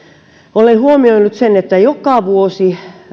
olen huomioinut sen että joka vuosi